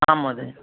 आम् महोदय